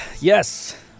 Yes